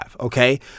Okay